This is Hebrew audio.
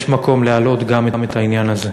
יש מקום להעלות גם את העניין הזה.